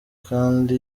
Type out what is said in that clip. kandi